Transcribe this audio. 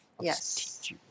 Yes